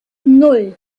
nan